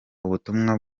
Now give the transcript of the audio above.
ubutumwa